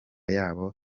yabo